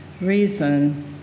reason